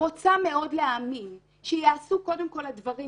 רוצה מאוד להאמין שייעשו, קודם כול, הדברים